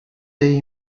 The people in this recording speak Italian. degli